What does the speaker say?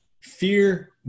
fear